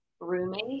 roommate